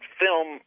film